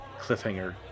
cliffhanger